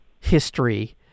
history